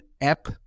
app